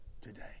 today